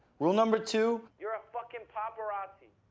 rule number two, you're a fucking paparazzi.